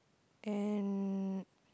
and